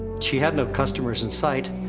she had no customers in sight.